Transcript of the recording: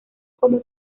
como